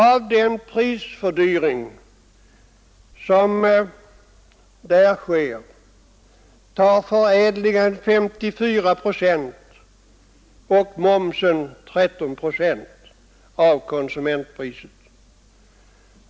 Av den prishöjning som där sker tar förädlingen 54 procent och momsen 13 procent av konsumentpriset.